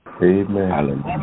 Amen